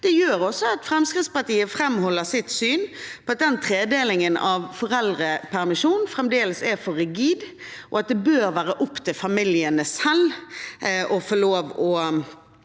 sitt, gjør også at Fremskrittspartiet framholder sitt syn på at tredelingen av foreldrepermisjonen fremdeles er for rigid, og at det bør være opp til familiene selv å få lov